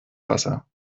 wasser